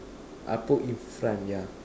I put in front yeah